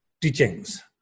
teachings